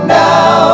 now